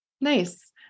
Nice